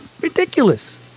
ridiculous